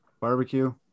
barbecue